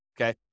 Okay